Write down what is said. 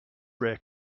rare